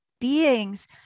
beings